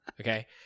Okay